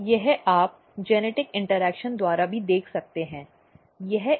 यह आप आनुवंशिक इन्टर्ऐक्शन द्वारा भी देख सकते हैं